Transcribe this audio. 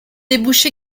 débouche